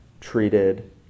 treated